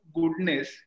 goodness